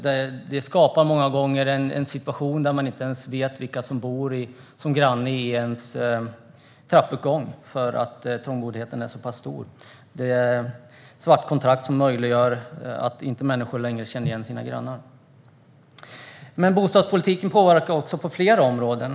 Den är så pass stor att den många gånger skapar en situation där man inte ens vet vilka som bor som grannar i ens trappuppgång. Svartkontrakt möjliggör att människor inte längre känner igen sina grannar. Men bostadspolitiken påverkar på flera områden.